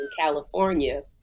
California